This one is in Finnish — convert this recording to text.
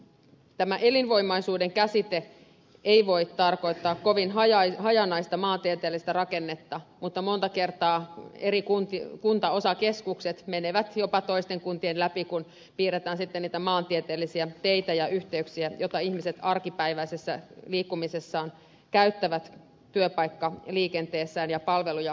tämä elinvoimaisuuden käsite ei voi tarkoittaa kovin hajanaista maantieteellistä rakennetta mutta monta kertaa eri kuntaosakeskukset menevät jopa toisten kuntien läpi kun piirretään sitten niitä maantieteellisiä teitä ja yhteyksiä joita ihmiset arkipäiväisessä liikkumisessaan käyttävät työpaikkaliikenteessään ja palveluja käyttäessään